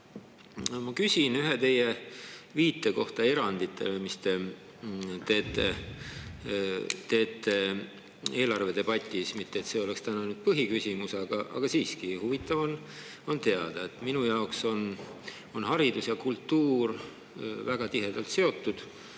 Ma küsin ühe teie viite kohta eranditele, mis te teete eelarvedebatis. Mitte et see oleks täna põhiküsimus, aga siiski huvitav on teada. Minu jaoks on haridus ja kultuur väga tihedalt seotud,